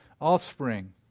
offspring